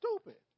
stupid